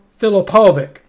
Filipovic